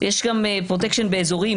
יש גם פרוטקשן באזורים,